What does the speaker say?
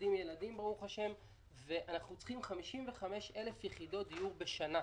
יולדים ילדים ואנחנו צריכים 55,000 יחידות דיור בשנה.